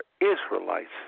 Israelites